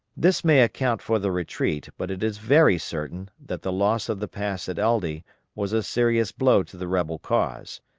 this may account for the retreat, but it is very certain that the loss of the pass at aldie was a serious blow to the rebel cause.